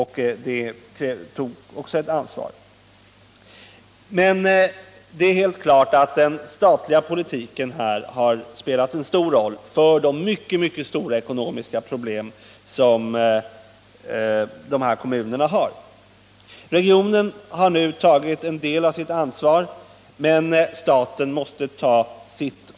Här togs också ett ansvar. Det är helt klart att den statliga politiken har spelat en stor roll när det gäller de mycket stora ekonomiska problem som de här kommunerna har. Regionen har nu tagit en del av sitt ansvar, men staten måste också ta sitt.